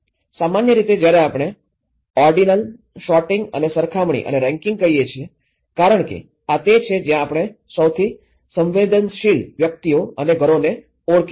સામાન્ય રીતે જ્યારે આપણે ઓર્ડિનલ સોર્ટિંગ અને સરખામણી અને રેન્કિંગ કહીએ છીએ કારણ કે આ તે છે જ્યાં આપણે સૌથી સંવેદનશીલ વ્યક્તિઓ અને ઘરોને ઓળખી શકીએ છીએ